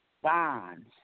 bonds